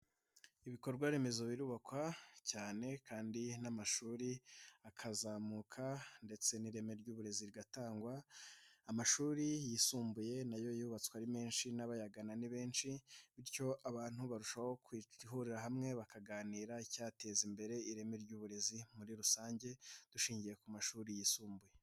Ibikorwa remezo birubakwa cyane kandi n'amashuri akazamuka ndetse n'ireme ry'uburezi rigatangwa, amashuri yisumbuye nayo yubatswe ari menshi n'abayagana ni benshi, bityo abantu barushahoguhurira hamwe bakaganira icyateza imbere ireme ry'uburezi muri rusange, dushingiye ku mashuri yisumbuye.